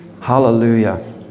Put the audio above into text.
Hallelujah